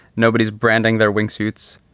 nobody's branding their wing suits,